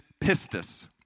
pistis